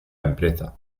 empresa